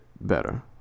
better